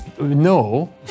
No